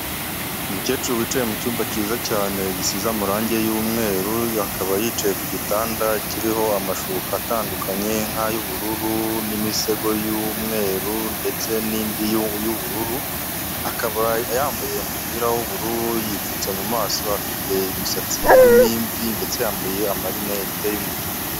Umukecuru wicaye mu cyumba cyiza cyane gisize amarangi y'umweru, akaba yicaye ku gitanda kiriho amashuka atandukanye, nk'ay'ubururu, n'imisego y'umweru ndetse n'indi y'ubururu, akaba yambaye umupira w'ubururu, yipfutse mu maso, afite imisatsi irimo imvi ndetse yambaye amarinete y'umutuku.